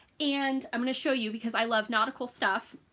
and i'm gonna show you because i love nautical stuff.